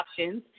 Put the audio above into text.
options